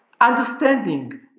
understanding